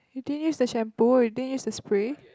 you didn't use the shampoo or you didn't use the spray